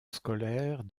scolaire